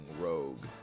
rogue